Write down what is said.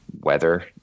weather